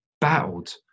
battled